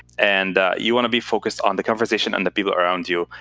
and you want to be focused on the conversation and the people around you.